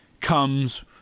comes